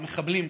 המחבלים,